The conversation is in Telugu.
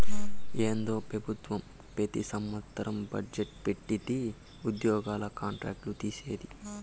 ఏందో పెబుత్వం పెతి సంవత్సరం బజ్జెట్ పెట్టిది ఉద్యోగుల కాంట్రాక్ట్ లు తీసేది